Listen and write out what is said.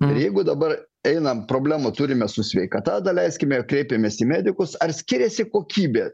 ir jeigu dabar einam problemų turime su sveikata daleiskime kreipėmės į medikus ar skiriasi kokybė